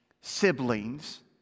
siblings